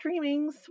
streamings